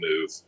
move